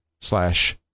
slash